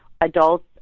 adults